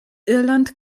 irland